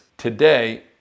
Today